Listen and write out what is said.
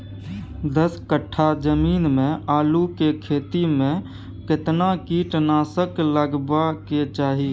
दस कट्ठा जमीन में आलू के खेती म केतना कीट नासक लगबै के चाही?